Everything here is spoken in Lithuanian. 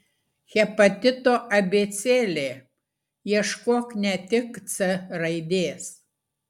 hepatito abėcėlė ieškok ne tik c raidės